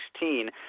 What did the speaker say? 2016